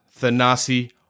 Thanasi